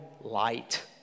light